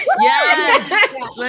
Yes